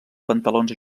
pantalons